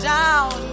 down